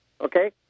okay